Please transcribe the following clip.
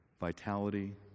vitality